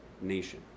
nation